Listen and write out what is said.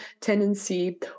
tendency